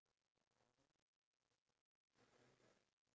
we have to reach vivo at nine